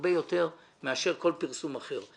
הרבה יותר לקוחות מכל פרסום אחר.